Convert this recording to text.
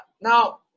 Now